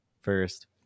first